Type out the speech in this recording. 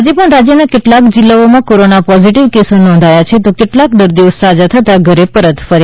આજે પણ રાજ્યના કેટાલાક જીલ્લાઓમાં કોરોનાના પોઝીટીવ કેસો નોધાયા છે તો કેટલાક દર્દીઓ સાજા થતાં ઘરે પરત ફર્યા છે